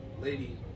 lady